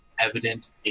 evident